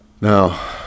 Now